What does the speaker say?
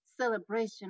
Celebration